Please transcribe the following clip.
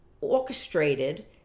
orchestrated